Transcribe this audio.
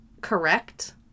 Correct